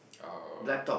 oh